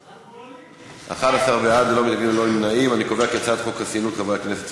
את הצעת חוק חסינות חברי הכנסת,